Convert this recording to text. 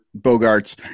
Bogarts